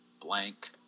blank